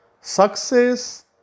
success